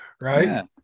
right